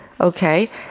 Okay